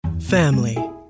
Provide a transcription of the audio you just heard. family